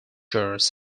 service